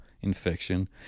infection